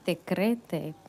tikrai taip